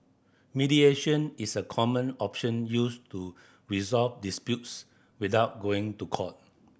mediation is a common option used to resolve disputes without going to court